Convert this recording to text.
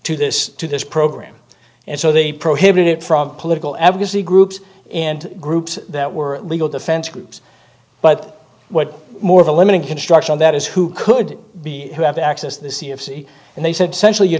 to this to this program and so they prohibited it from political advocacy groups and groups that were legal defense groups but what more of a limited construction that is who could be who have access the c f c and they said central your